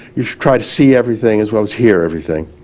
you should try to see everything as well as hear everything.